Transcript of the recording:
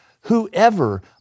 whoever